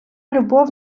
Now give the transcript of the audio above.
любов